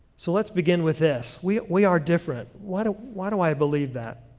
so let's begin with this. we we are different. why do why do i believe that?